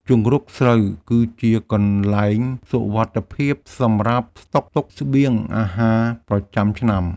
ជង្រុកស្រូវគឺជាកន្លែងសុវត្ថិភាពសម្រាប់ស្តុកទុកស្បៀងអាហារប្រចាំឆ្នាំ។